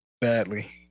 Badly